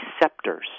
receptors